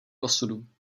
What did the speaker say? osudu